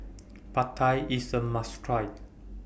Pad Thai IS A must Try